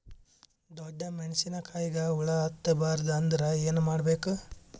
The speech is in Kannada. ಡೊಣ್ಣ ಮೆಣಸಿನ ಕಾಯಿಗ ಹುಳ ಹತ್ತ ಬಾರದು ಅಂದರ ಏನ ಮಾಡಬೇಕು?